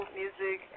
music